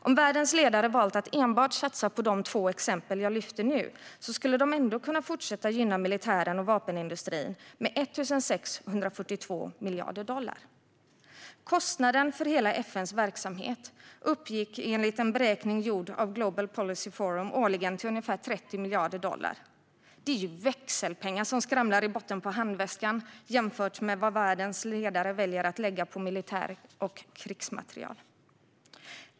Om världens ledare hade valt att enbart satsa på de två exempel jag lyfte nu skulle de ändå ha kunnat fortsätta gynna militären och vapenindustrin med 1 642 miljarder dollar. Kostnaden för hela FN:s verksamhet uppgår enligt en beräkning gjord av Global Policy Forum årligen till ungefär 30 miljarder dollar. Det är växelpengar som skramlar i botten på handväskan jämfört med vad världens ledare väljer att lägga på militär och krigsmateriel.